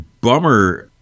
bummer